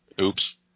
oops